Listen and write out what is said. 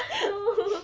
no